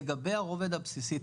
לגבי הרובד הבסיסי,